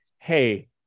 hey